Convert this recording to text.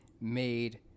made